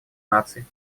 наций